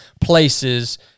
places